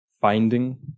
finding